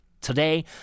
Today